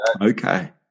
Okay